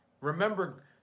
Remember